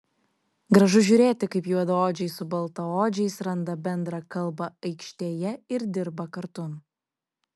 gražu žiūrėti kaip juodaodžiai su baltaodžiais randa bendrą kalbą aikštėje ir dirba kartu